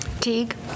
Teague